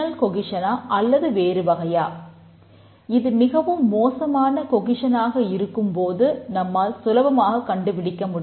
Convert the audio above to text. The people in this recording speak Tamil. கொகிசனில் இருக்கும் பொழுதும் நம்மால் சுலபமாக கண்டுபிடிக்க முடியும்